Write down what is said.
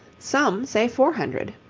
some say four hundred.